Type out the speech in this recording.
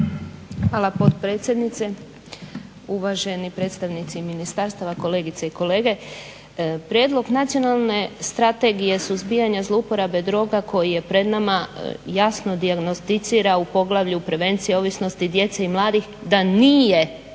Hvala potpredsjednice, uvaženi predstavnici ministarstava, kolegice i kolege. Prijedlog nacionalne strategije suzbijanja zlouporabe droga koji je pred nama jasno dijagnosticira u poglavlju prevencije ovisnosti djece i mladih da nije postignut